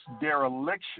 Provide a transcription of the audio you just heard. dereliction